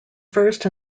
first